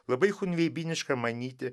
labai chunveibiniška manyti